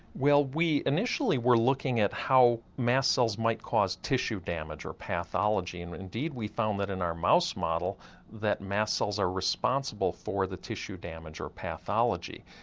well we initially were looking at how mast cells might cause tissue damage or pathology and indeed we found that in our mouse model that mast cells are responsible for the tissue damage or pathology.